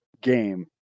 game